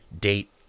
date